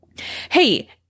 Hey